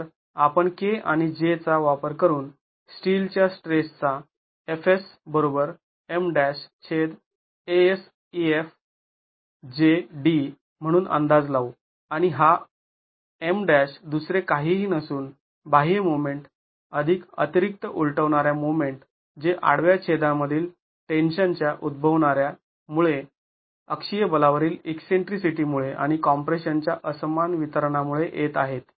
तर आपण k आणि j चा वापर करून स्टीलच्या स्ट्रेसचा म्हणून अंदाज लावू आणि हा M' दुसरे काहीही नसून बाह्य मोमेंट अधिक अतिरिक्त उलटवणाऱ्या मोमेंट जे आडव्या छेदांमधील टेन्शन च्या उद्भवण्यामुळे अक्षीय बलावरील ईकसेंट्रीसिटीमुळे आणि कॉम्प्रेशनच्या असमान वितरणामुळे येत आहे